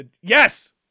yes